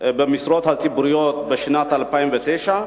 במשרות הציבוריות בשנת 2009?